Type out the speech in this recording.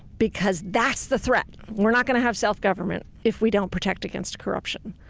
because that's the threat, we're not gonna have self-government if we don't protect against corruption.